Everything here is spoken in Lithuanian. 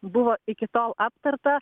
buvo iki tol aptarta